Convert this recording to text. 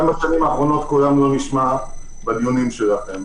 גם בשנים האחרונות קולם לא נשמע בדיונים שלכם.